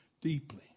deeply